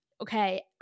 Okay